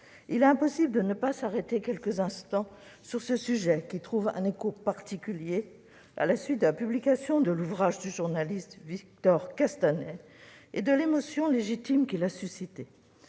Il est impossible de ne pas s'arrêter quelques instants sur ce sujet, qui trouve un écho particulier à la suite de la publication de l'ouvrage du journaliste Victor Castanet et de l'émotion légitime que celui-ci a suscitée.